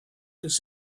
this